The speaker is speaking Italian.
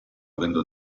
avendo